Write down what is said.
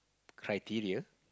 criteria